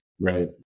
Right